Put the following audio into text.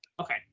Okay